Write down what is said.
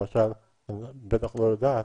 את בטח לא יודעת,